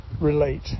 relate